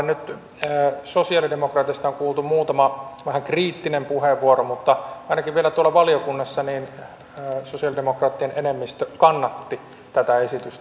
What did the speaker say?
nyt sosialidemokraateista on kuultu muutama vähän kriittinen puheenvuoro mutta ainakin vielä tuolla valiokunnassa sosialidemokraattien enemmistö kannatti tätä esitystä